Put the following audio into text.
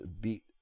beat